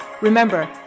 remember